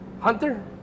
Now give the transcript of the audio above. hunter